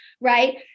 right